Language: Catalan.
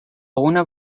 una